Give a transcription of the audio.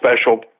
special